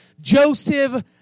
Joseph